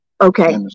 Okay